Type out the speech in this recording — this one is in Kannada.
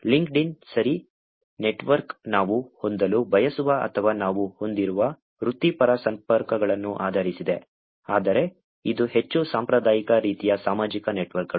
ಲಿಂಕ್ಡ್ಇನ್ ಸರಿ ನೆಟ್ವರ್ಕ್ ನಾವು ಹೊಂದಲು ಬಯಸುವ ಅಥವಾ ನಾವು ಹೊಂದಿರುವ ವೃತ್ತಿಪರ ಸಂಪರ್ಕಗಳನ್ನು ಆಧರಿಸಿದೆ ಆದರೆ ಇದು ಹೆಚ್ಚು ಸಾಂಪ್ರದಾಯಿಕ ರೀತಿಯ ಸಾಮಾಜಿಕ ನೆಟ್ವರ್ಕ್ಗಳು